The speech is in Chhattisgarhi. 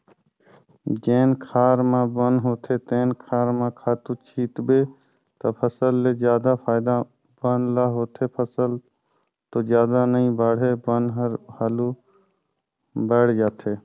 जेन खार म बन होथे तेन खार म खातू छितबे त फसल ले जादा फायदा बन ल होथे, फसल तो जादा नइ बाड़हे बन हर हालु बायड़ जाथे